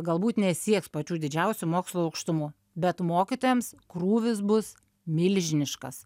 galbūt nesieks pačių didžiausių mokslo aukštumų bet mokytojams krūvis bus milžiniškas